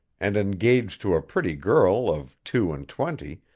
and engaged to a pretty girl of two and twenty,